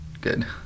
good